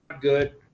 good